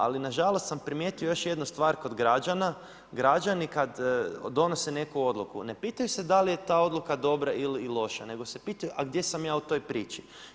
Ali, nažalost sam primijetio još jednu stvar kod građana, građani kada donose neku odluku, ne pitaju se da li je ta odluka dobra ili loša, nego se pitaju, a gdje sam ja u toj priči.